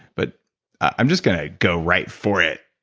but i'm just going to go right for it.